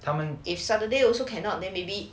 but if saturday also cannot leh maybe